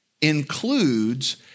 includes